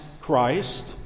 Christ